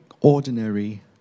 ordinary